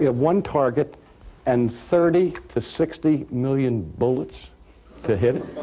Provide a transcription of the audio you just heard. one target and thirty to sixty million bullets to hit it?